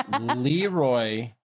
Leroy